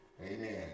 Amen